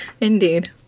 indeed